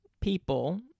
people